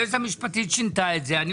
היועצת המשפטית שינתה את זה והם הסכימו,